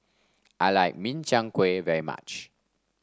I like Min Chiang Kueh very much